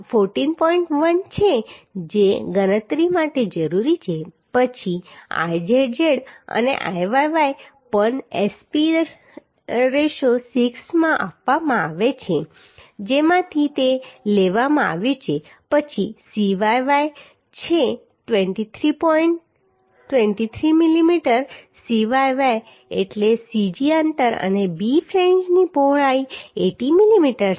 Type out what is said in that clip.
1 છે જે ગણતરી માટે જરૂરી છે પછી Izz અને Iyy પણ SP 6 માં આપવામાં આવે છે જેમાંથી તે લેવામાં આવ્યું છે પછી Cyy છે 23 પોઈન્ટ 23 મિલીમીટર Cyy એટલે Cg અંતર અને b ફ્લેંજની પહોળાઈ 80 મીમી છે